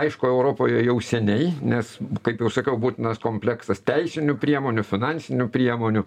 aišku europoje jau seniai nes kaip jau sakiau būtinas kompleksas teisinių priemonių finansinių priemonių